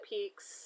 Peaks